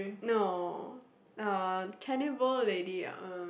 no uh cannibal lady uh